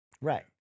Right